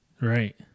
Right